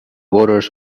voters